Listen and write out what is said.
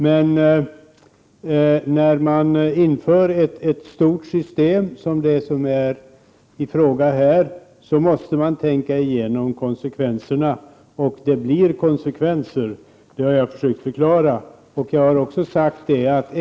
Men när man inför ett stort system, som det här är fråga om, måste man tänka igenom konsekvenserna. Det blir nämligen konsekvenser — det har jag försökt förklara.